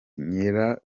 nyiratunga